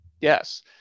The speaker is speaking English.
Yes